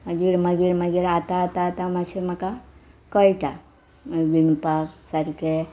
मागीर मागीर मागीर आतां आतां आतां मातशें म्हाका कळटा विणपाक सारकें